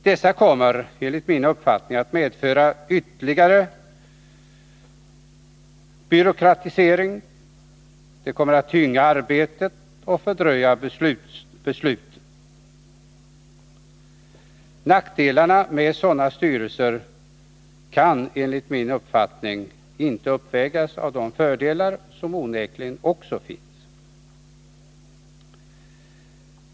Dessa kommer enligt min uppfattning att medföra ytterligare byråkratisering. Därigenom kommer arbetet att bli tyngre och besluten att fördröjas. Nackdelarna med sådana styrelser kan inte uppvägas av de fördelar som onekligen också finns.